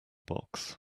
box